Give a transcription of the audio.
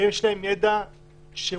יש להם ידע שאולי